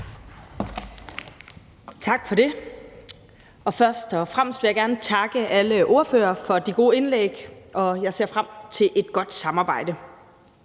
Tak for det. Først og fremmest vil jeg gerne takke alle ordførere for de gode indlæg, og jeg ser frem til et godt samarbejde.